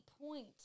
point